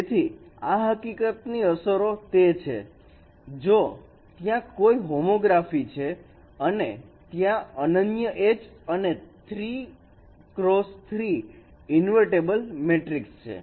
તેથી આ હકીકત ની અસરો તે છે જો ત્યાં કોઈ હોમોગ્રાફી છે અને ત્યાં એક અનન્ય H અને 3 x 3 ઇન્વર્ટબલ મેટ્રિકસ છે